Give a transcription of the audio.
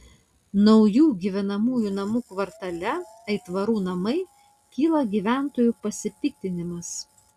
naujų gyvenamųjų namų kvartale aitvarų namai kyla gyventojų pasipiktinimas